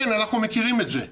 כן, אנחנו מכירים את זה.